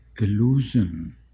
illusion